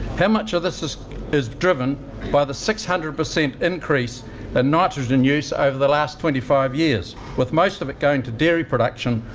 how much of this is is driven by the six hundred percent increase in and nitrogen use over the last twenty five years? with most of it going to dairy production,